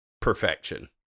perfection